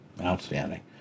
Outstanding